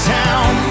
town